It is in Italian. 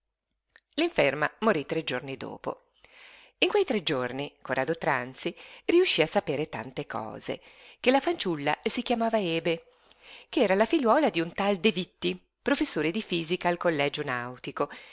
l'inferma morí tre giorni dopo in quei tre giorni corrado tranzi riuscí a sapere tante cose che la fanciulla si chiamava ebe che era figliuola d'un tal de vitti professore di fisica al collegio nautico